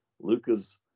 Lucas